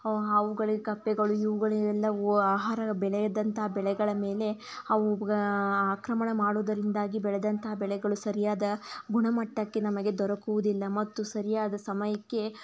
ಹಾವುಗಳು ಕಪ್ಪೆಗಳು ಇವುಗಳೆಲ್ಲ ಆಹಾರ ಬೆಳೆದಂತ ಬೆಳೆಗಳ ಮೇಲೆ ಅವು ಆಕ್ರಮಣ ಮಾಡುವುದರಿಂದಾಗಿ ಬೆಳೆದಂತಹ ಬೆಳೆಗಳು ಸರಿಯಾದ ಗುಣಮಟ್ಟಕ್ಕೆ ನಮಗೆ ದೊರಕುವುದಿಲ್ಲ ಮತ್ತು ಸರಿಯಾದ ಸಮಯಕ್ಕೆ